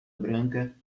branca